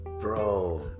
Bro